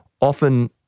often